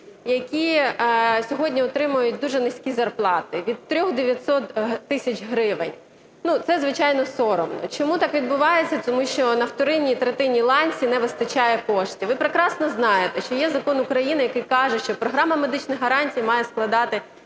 які сьогодні отримують дуже низькі зарплати, – від 3900 гривень. Ну, це, звичайно, соромно. Чому так відбувається? Тому що на вторинній-третинній ланці не вистачає коштів. Ви прекрасно знаєте, що є закон України, який каже, що програма медичних гарантій має складати